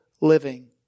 living